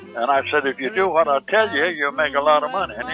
and i said, if you do what i tell yeah you, you'll make a lot of money.